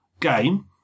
game